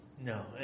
No